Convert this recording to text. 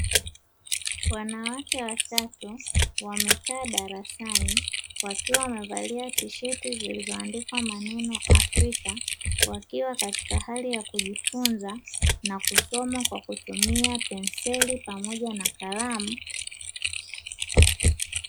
Wanawake watatu wamekaa darasani wakiwa wamevalia tisheti zilizoandikwa maneno "Afrika" wakiwa katika hali ya kujifunza na kusoma kwa kutumia penseli pamoja na kalamu.